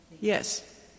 Yes